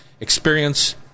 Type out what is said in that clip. Experience